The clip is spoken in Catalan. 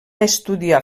estudiar